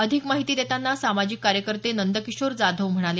अधिक माहिती देतांना सामाजिक कार्यकर्ते नंदकिशोर जाधव म्हणाले